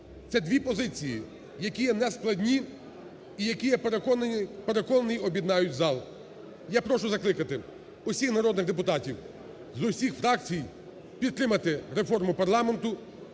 Це дві позиції, які є не складні і які, я переконаний, об'єднають зал. Я прошу закликати всіх народних депутатів з усіх фракцій підтримати реформу парламенту